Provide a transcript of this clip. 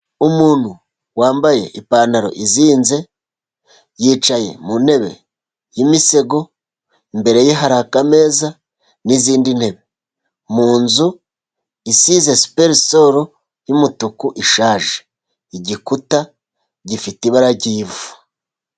Umuntu wambaye ipantaro izinze yicaye mu ntebe y'imisego, imbere ye hari akameza n'izindi ntebe, mu nzu isize siperisolo y'umutuku ishaje, igikuta gifite ibara ry'ivu.